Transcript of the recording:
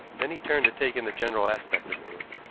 then he turned to take in the general aspect of the room.